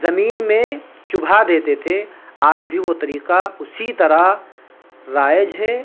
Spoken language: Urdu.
زمین میں چبھا دیتے تھے آج بھی وہ طریقہ اسی طرح رائج ہے